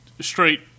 straight